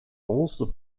also